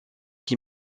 qui